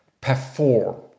perform